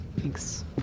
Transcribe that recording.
Thanks